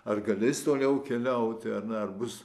ar galės toliau keliauti ar ne ar bus